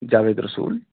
جاوید رسول